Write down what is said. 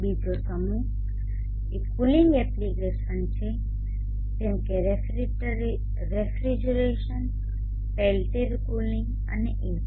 બીજો સમૂહ એ કુલીંગ એપ્લિકેશન છે જેમ કે રેફ્રિજરેશન પેલ્ટીર કૂલિંગ અને AC